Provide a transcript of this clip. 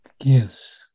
Yes